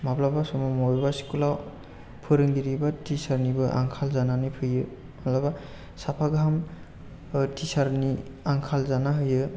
माब्ला समाव माब्लाबा स्कुलाव फोरोंगिरि बा टिचार निबो आंखाल जानानै फैयो माब्लाबा साफा गाहाम टिचार नि आंखाल जाना होयो